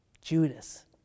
Judas